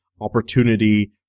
opportunity